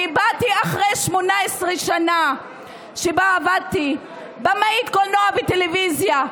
באתי אחרי 18 שנה שבהן עבדתי כבמאית קולנוע וטלוויזיה.